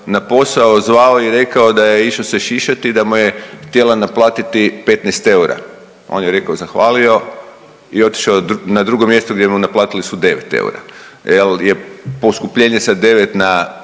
na posao zvao i rekao da je išao se šišati i da mu je htjela naplatiti 15 eura, on je rekao, zahvalio i otišao na drugo mjesto gdje mu naplatili su 9 eura jel je poskupljenje sa 9 na